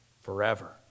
forever